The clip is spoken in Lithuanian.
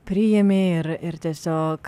priimi ir ir tiesiog